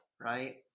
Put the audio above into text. right